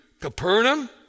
Capernaum